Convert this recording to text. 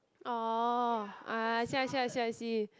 oh I see I see I see I see